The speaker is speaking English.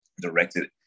directed